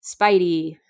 Spidey